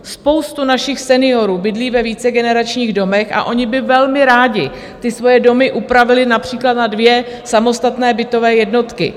Spousta našich seniorů bydlí ve vícegeneračních domech a oni by velmi rádi ty svoje domy upravili například na dvě samostatné bytové jednotky.